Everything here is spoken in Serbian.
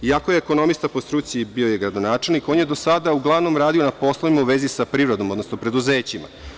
Iako ekonomista po struci, bio je i gradonačelnik, on je do sada uglavnom radio na poslovima u vezi sa privredom, odnosno preduzećima.